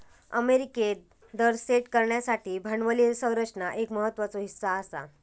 अमेरिकेत दर सेट करण्यासाठी भांडवली संरचना एक महत्त्वाचो हीस्सा आसा